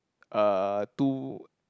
uh two